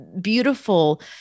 beautiful